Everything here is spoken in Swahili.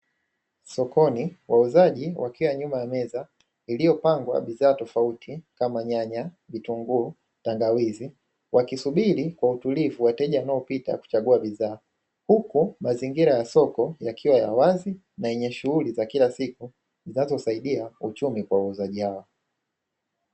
Sokoni wauzaji wakiwa nyuma ya meza iliyopangwa bidhaa tofauti kama nyanya, vitunguu, tangawizi wakisubili kwa utulivu wateja wanaopita kuchagua bidhaa, huku mazingira ya soko yakiwa ya wazi na yenye shughuli za kila siku zinazosaidia uchumi kwa wauzaji hawa.